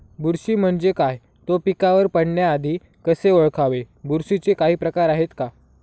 बुरशी म्हणजे काय? तो पिकावर पडण्याआधी कसे ओळखावे? बुरशीचे काही प्रकार आहेत का?